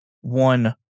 one